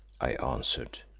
i answered,